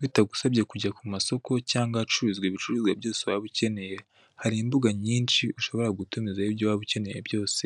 Bitagusabye kujya ku masoko cyangwa ahacururizwa ibicuruzwa byose waba ukeneye, hari imbuga nyinshi ushobora gutumizaho ibyo waba ukeneye byose,